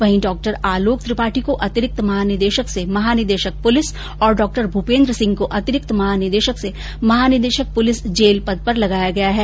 वहीं डॉक्टर आलोक त्रिपाठी को अतिरिक्त महानिदेशक से महानिदेशक पुलिस और डॉ भूपेन्द्र सिंह को अतिरिक्त महानिदेशक से महानिदेशक पुलिस जेल पद पर लगाया गया है